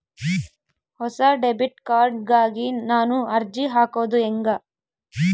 ಹೊಸ debit card ಗಾಗಿ ನಾನು ಅರ್ಜಿ ಹಾಕೊದು ಹೆಂಗ?